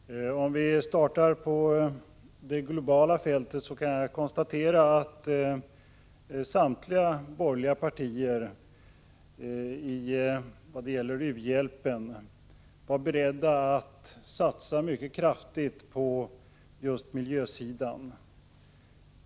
Herr talman! För att starta på det globala fältet, kan jag konstatera att samtliga borgerliga partier i vad gäller u-hjälpen var beredda att satsa mycket kraftigt på just miljösidan.